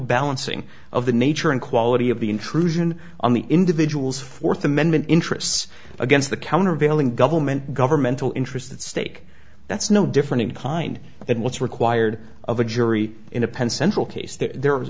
balancing of the nature and quality of the intrusion on the individual's fourth amendment interests against the countervailing government governmental interests at stake that's no different in kind than what's required of a jury in a pen central case there